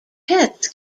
pets